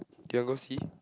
you want go see